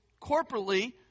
corporately